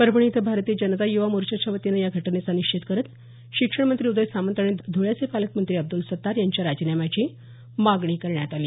परभणी इथं भारतीय जनता युवा मोर्चाच्यावतीनं या घटनेचा निषेध करत शिक्षणमंत्री उदय सामंत आणि ध्रळ्याचे पालकमंत्री अब्दल सत्तार यांच्या राजीनाम्याची मागणी केली